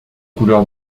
couleur